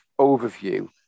overview